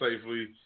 safely